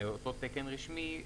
אותו תקן רשמי,